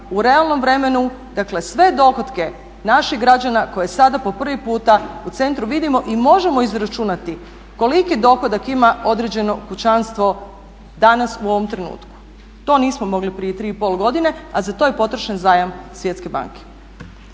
u realnom vremenu. Dakle, sve dohotke naših građana koje sada po prvi puta u centru vidimo i možemo izračunati koliki dohodak ima određeno kućanstvo danas u ovom trenutku. To nismo mogli prije 3,5 godine, a za to je potrošen zajam Svjetske banke.